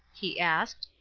he asked.